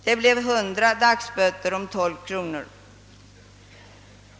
Det blev 100 dagsböter å 12 kronor.